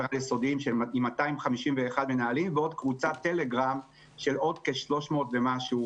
היסודיים עם 251 מנהלים ועוד קבוצת טלגרם של עוד כ-300 מנהלים.